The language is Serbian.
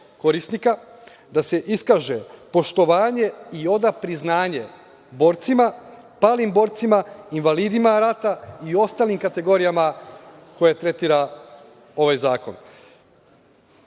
korisnika, da se iskaže poštovanje i oda priznanje borcima, palim borcima, invalidima rata i ostalim kategorijama koje tretira ovaj zakon